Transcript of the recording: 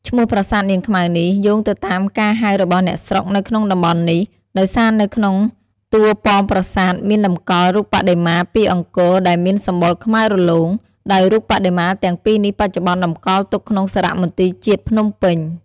ឈ្មោះប្រាសាទនាងខ្មៅនេះ យោងទៅតាមការហៅរបស់អ្នកស្រុកនៅក្នុងតំបន់នេះ ដោយសារនៅក្នុងតួប៉មប្រាសាទមានតម្កល់រូបបដិមាពីរអង្គដែលមានសម្បុរខ្មៅរលោង ដោយរូបបដិមាទាំងពីរនេះបច្ចុប្បន្នតម្កល់ទុកក្នុងសារមន្ទីរជាតិភ្នំពេញ។